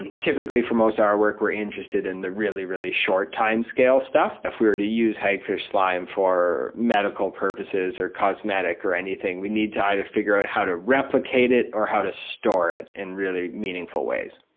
and typically for most of ah our work we're interested in the really really short timescale stuff. if we were to use hagfish slime for medical purposes, or cosmetic, or anything, we need to either figure out how to replicate it or how to store it in really meaningful ways.